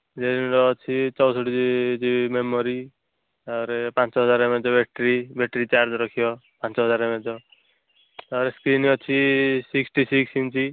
real ମି ଅଛି ଚଉଷଠି ଜିବି ମେମୋରୀ ତାପରେ ପାଞ୍ଚହଜାର M H battery battery charge ରଖିବ ପାଞ୍ଚହଜାର ଏମ ଏଚ ତାପରେ ସ୍କ୍ରିନ୍ ଅଛି ସିକ୍ସଟି ସିକ୍ସ ଇଞ୍ଚି